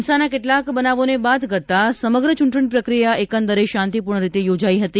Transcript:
હિંસાના કેટલાક બનાવોને બાદ કરતા સમગ્ર ચૂંટણી પ્રક્રિયા એકંદરે શાંતિપૂર્ણ રીતે યોજાઈ હતી